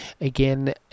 again